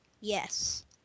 Yes